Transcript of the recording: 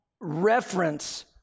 reference